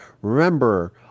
Remember